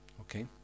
Okay